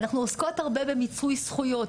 אנחנו עוסקות הרבה במיצוי זכויות,